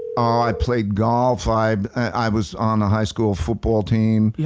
ah i played golf. i i was on a high school football team. yeah